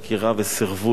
וסירבו לקבל.